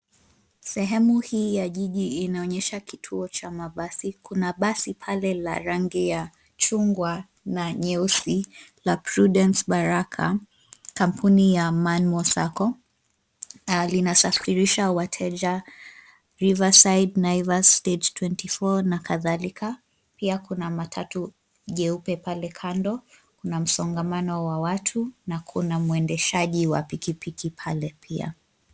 Sehemu ya jiji inaonyesha kituo cha mabasi. Kuna basi pale la rangi ya chungwa na nyeusi la Prudence Baraka kampuni ya Manmo SACCO na linawasafirisha wateja Riverside, Naivas, Stage 24, nakadhalika. Pia, kuna matatu jeupe pale kando, kuna msongomano wa watu na kuna mwendeshaji wa pikipiki pale pia.